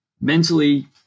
mentally